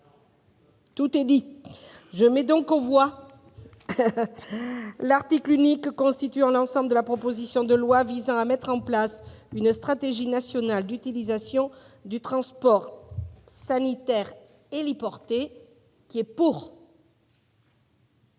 dans le texte de la commission, l'article unique constituant l'ensemble de la proposition de loi visant à mettre en place une stratégie nationale d'utilisation du transport sanitaire héliporté. Merci à toutes